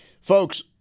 folks